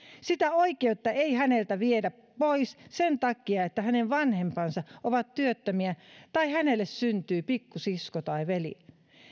sitä oikeutta ei häneltä viedä pois sen takia että hänen vanhempansa ovat työttömiä tai hänelle syntyy pikkusisko tai veli